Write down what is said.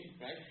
right